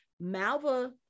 Malva